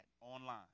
online